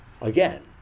again